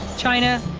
china,